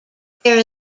there